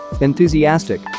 Enthusiastic